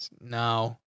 No